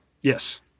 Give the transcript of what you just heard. Yes